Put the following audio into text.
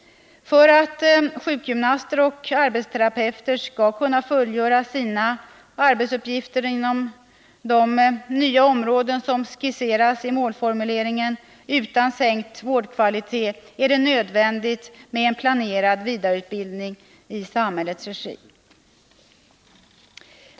För att sjukgymnaster och arbetsterapeuter skall kunna fullgöra sina arbetsuppgifter inom de nya områden som skisseras i målformuleringen utan en sänkning av vårdkvaliteten är det nödvändigt med en planerad vidareutbildning i samhällets regi.